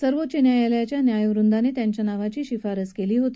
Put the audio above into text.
सर्वोच्च न्यायालयाच्या न्यायवृंदाने त्यांच्या नावाची शिफारस केली होती